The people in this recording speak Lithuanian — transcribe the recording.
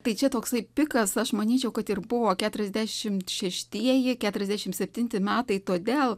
tai čia toksai pikas aš manyčiau kad ir buvo keturiasdešimt šeštieji keturasdešimt septinti metai todėl